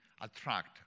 attract